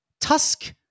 Tusk